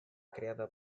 creada